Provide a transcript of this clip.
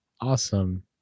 awesome